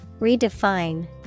Redefine